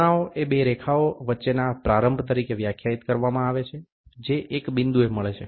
ખૂણો એ બે રેખાઓ વચ્ચેના પ્રારંભ તરીકે વ્યાખ્યાયિત કરવામાં આવે છે જે એક બિંદુએ મળે છે